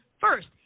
First